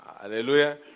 Hallelujah